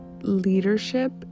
leadership